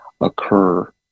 occur